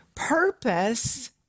purpose